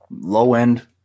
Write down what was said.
low-end